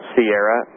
Sierra